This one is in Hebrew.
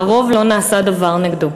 לרוב לא נעשה דבר נגדו.